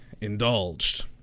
indulged